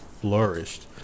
flourished